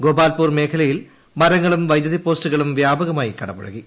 ഗോപാൽപൂർ മേഖലയിൽ മരങ്ങളും വൈദ്യുതി പോസ്റ്റുകളും വ്യാപകമായി കടപുഴകി